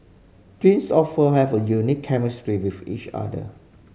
twins often have a unique chemistry with each other